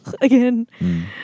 again